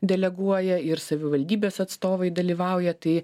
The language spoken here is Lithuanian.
deleguoja ir savivaldybės atstovai dalyvauja tai